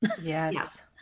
Yes